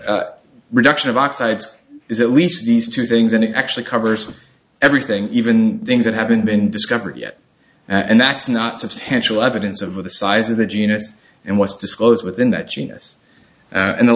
reduction of oxides is at least these two things and it actually covers everything even things that haven't been discovered yet and that's not substantial evidence of the size of the genus and what's disclosed within that genus and the